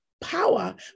power